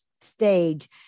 stage